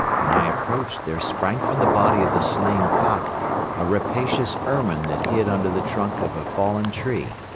when i approached there sprang from the body of the slain cock a rapacious ermine that hid under the trunk of a fallen tree.